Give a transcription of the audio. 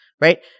right